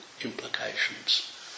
implications